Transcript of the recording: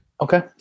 okay